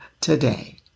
today